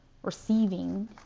receiving